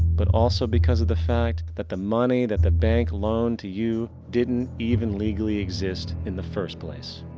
but, also because of the fact that the money that the bank loaned to you didn't even legally exist in the first place.